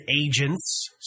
agents